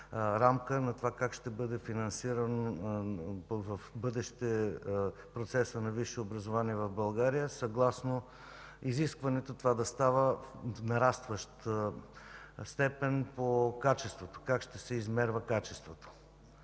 рамка на това как ще бъде финансиран в бъдеще процесът на висше образование в България съгласно изискването това да става нарастваща степен по качеството. Как ще се измерва качеството?